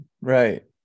right